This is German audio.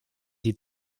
die